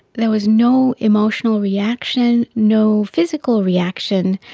there was no emotional reaction, no physical reaction,